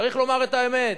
צריך לומר את האמת,